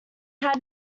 had